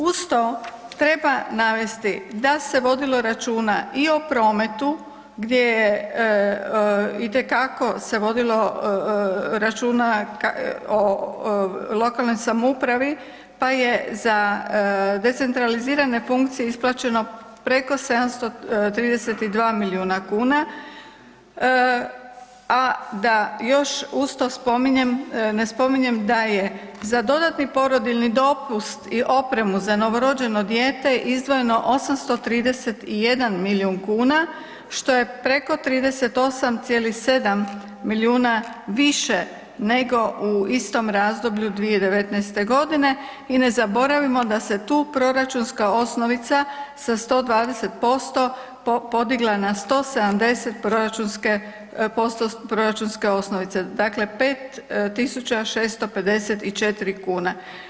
Uz to treba navesti da se vodilo računa i o prometu gdje je itekako se vodilo računa o lokalnoj samoupravi pa je za decentralizirane funkcije isplaćeno preko 732 milijuna kuna, a da još uz to spominjem, ne spominjem da je za dodatni porodiljni dopust i opremu za novorođeno dijete izdvojeno 831 milijun kuna, što je preko 38,7 milijuna više nego u istom razdoblju 2019.-te godine, i ne zaboravimo da se tu proračunska osnovica sa 120% podigla na 170% proračunske osnovice, dakle 5.654,00 kune.